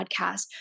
podcast